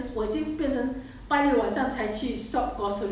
no now open already [what]